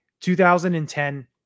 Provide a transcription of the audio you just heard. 2010